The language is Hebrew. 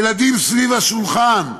"הילדים סביב השולחן,